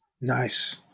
Nice